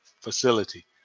facility